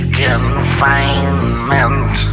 confinement